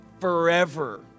forever